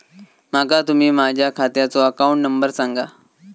माका तुम्ही माझ्या खात्याचो अकाउंट नंबर सांगा?